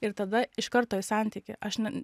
ir tada iš karto į santykį aš ne